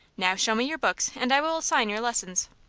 now show me your books, and i will assign your lessons.